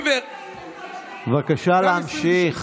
בבקשה להמשיך.